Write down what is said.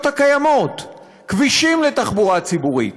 הקיימות: כבישים לתחבורה ציבורית,